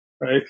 right